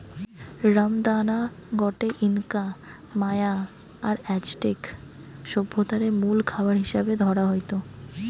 রামদানা গটে Inca, Maya আর অ্যাজটেক সভ্যতারে মুল খাবার হিসাবে ধরা হইত